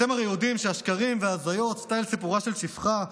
אתם הרי יודעים שהשקרים וההזיות סטייל "סיפורה של שפחה"